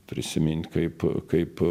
prisiminti kaip kaip